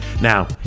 now